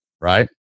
right